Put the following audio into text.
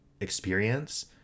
experience